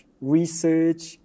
research